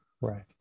Right